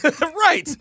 Right